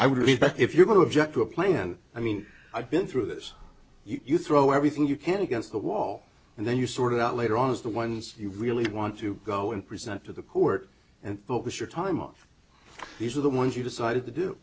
i would be but if you're going to object to a plan i mean i've been through this you throw everything you can against the wall and then you sort it out later on as the ones you really want to go and present to the court and what was your time off these are the ones you decided to do